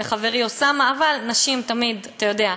גם חברי אוסאמה, אבל נשים, אתה יודע,